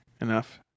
Enough